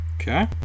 okay